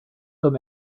them